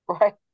Right